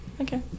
Okay